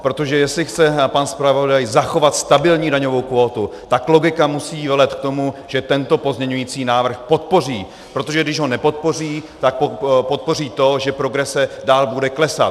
Protože jestli chce pan zpravodaj zachovat stabilní daňovou kvótu, tak logika musí velet k tomu, že tento pozměňující návrh podpoří, protože když ho nepodpoří, tak podpoří to, že progrese dál bude klesat.